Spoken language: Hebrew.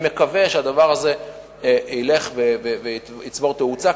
אני מקווה שהדבר הזה ילך ויצבור תאוצה.